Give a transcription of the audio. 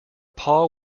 paw